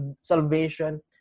salvation